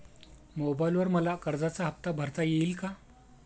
मोबाइलवर मला कर्जाचा हफ्ता भरता येईल का?